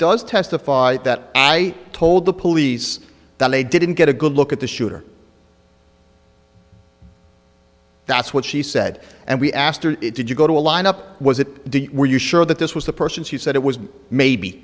does testify that i told the police that they didn't get a good look at the shooter that's what she said and we asked her did you go to a lineup was it were you sure that this was the person she said it was maybe